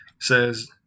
says